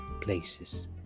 places